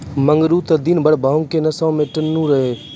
मंगरू त दिनभर भांग के नशा मॅ टुन्न रहै